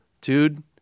dude